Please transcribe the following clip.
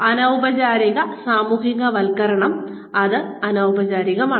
അനൌപചാരിക സാമൂഹികവൽക്കരണം അത് അനൌപചാരികമാണ്